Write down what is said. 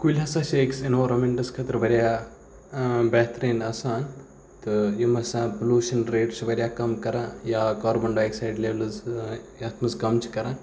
کُلۍ ہَسا چھِ أکِس اینوارامٮ۪نٛٹَس خٲطرٕ واریاہ بہتریٖن آسان تہٕ یِم ہَسا پٕلوٗشن ریٹس چھِ واریاہ کم کَران یا کاربن ڈاے آکسایڈ لٮ۪ولٕز یَتھ منٛز کَم چھِ کَران